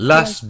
Las